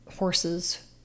horses